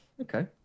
Okay